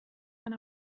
man